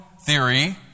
theory